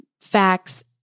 facts